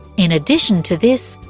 in addition to this,